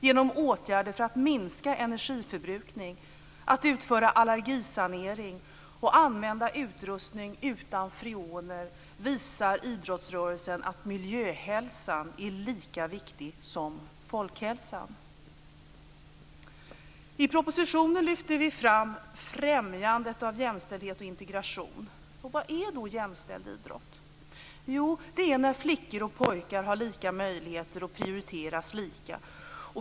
Genom åtgärder för att minska energiförbrukning, att utföra allergisanering och använda utrustning utan freoner visar idrottsrörelsen att miljöhälsan är lika viktig som folkhälsan. I propositionen lyfter vi fram främjandet av jämställdhet och integration. Vad är då jämställd idrott? Jo, det är när flickor och pojkar har lika möjligheter och prioriteras lika.